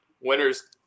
Winners